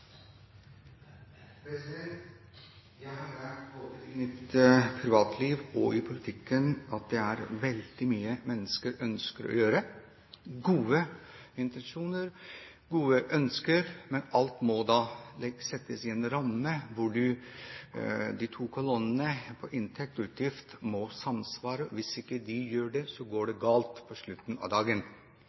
veldig mye mennesker ønsker å gjøre – man har gode intensjoner, gode ønsker – men alt må settes i en ramme, der de to kolonnene inntekter og utgifter må samsvare. Hvis de ikke gjør det, så går det til slutt galt. Jeg er derfor veldig glad for å være en del av